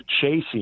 chasing